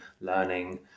learning